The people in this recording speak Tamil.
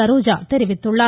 சரோஜா தெரிவித்துள்ளார்